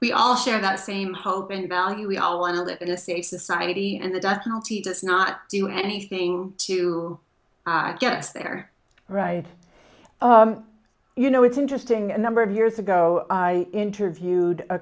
we are share that same hope and value we all want to live in a safe society and the death penalty does not do anything to guess they're right you know it's interesting a number of years ago i interviewed a